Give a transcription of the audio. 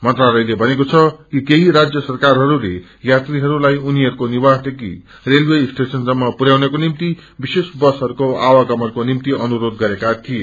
मंत्रालयले भनेको छ कि केही राज्य सरकारहरूले यात्रीहरूलाई उनीहरूको निवासदेखि रेलवे स्टेशनसम्म पुरयाउनको निम्ति विशेष बसहरूको आवगमनको निम्ति अनुरोध गरेका थिए